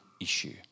issue